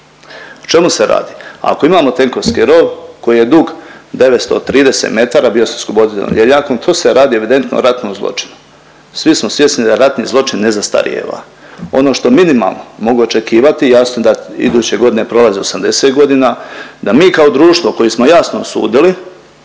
čemu se radi? Ako imamo Tenkovski rov koji je dug 930 metara, bio je …/Govornik se ne razumije./…tu se radi evidentno o ratnom zločinu. Svi smo svjesni da ratni zločin ne zastarijeva. Ono što minimalno mogu očekivati, jasno da iduće godine prolazi 80.g., da mi kao društvo koji smo jasno osudili